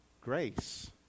grace